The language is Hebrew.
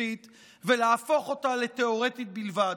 השיפוטית ולהפוך אותה לתיאורטית בלבד.